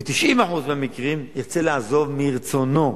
ב-90% מהמקרים ירצה לעזוב מרצונו,